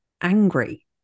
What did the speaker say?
angry